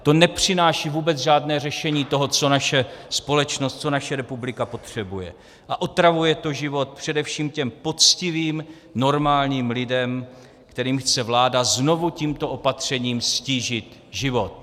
To nepřináší vůbec žádné řešení toho, co naše společnost, co naše republika potřebuje, a otravuje to život především těm poctivým, normálním lidem, kterým chce vláda znovu tímto opatřením ztížit život.